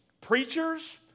preachers